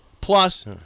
plus